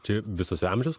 čia visose amžiaus